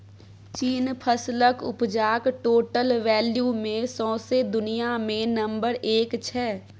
चीन फसलक उपजाक टोटल वैल्यू मे सौंसे दुनियाँ मे नंबर एक छै